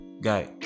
guy